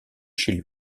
chez